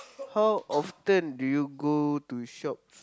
how often do you go to shop